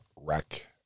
wreck